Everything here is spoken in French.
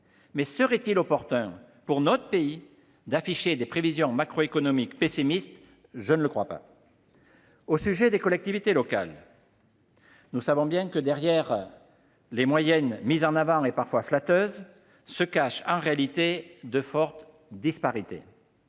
Mais serait il opportun pour notre pays d’afficher des prévisions macroéconomiques pessimistes ? Je ne le crois pas. Au sujet des collectivités locales, nous savons bien que derrière les moyennes mises en avant, parfois flatteuses, se cachent en réalité de fortes disparités.